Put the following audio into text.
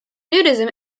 nudism